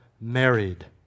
married